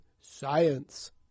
science